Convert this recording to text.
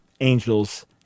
angels